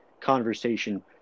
conversation